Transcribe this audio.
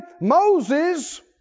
Moses